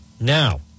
Now